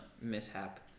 mishap